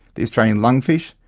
the australian lungfish,